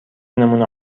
نمونه